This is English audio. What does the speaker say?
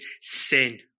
sin